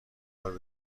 کار